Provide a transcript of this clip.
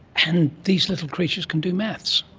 and these little creatures can do maths.